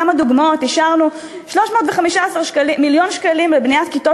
כמה דוגמאות: אישרנו 315 מיליון שקלים לבניית כיתות